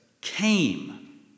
came